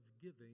giving